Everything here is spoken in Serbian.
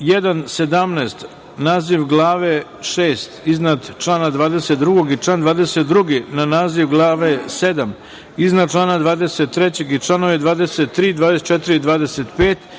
1, 17, naziv Glave VI iznad člana 22. i član 22, na naziv Glave VII iznad člana 23. i članove 23, 24. i 25.